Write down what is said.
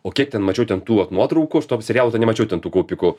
o kiek ten mačiau ten tų vat nuotraukų aš to serialo ten nemačiau ten tų kaupikų